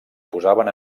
posaven